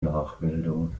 nachbildung